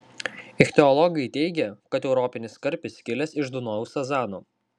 ichtiologai teigia kad europinis karpis kilęs iš dunojaus sazano